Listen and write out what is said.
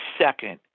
second